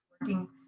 working